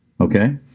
Okay